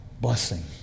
blessing